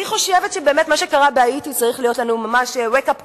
אני חושבת שמה שקרה בהאיטי צריך להיות לנו ממש wake up call,